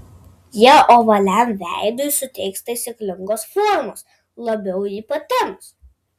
jie ovaliam veidui suteiks taisyklingos formos labiau jį patemps